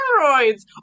steroids